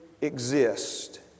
exist